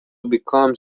become